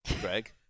Greg